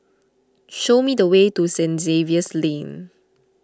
show me the way to Saint Xavier's Lane